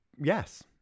yes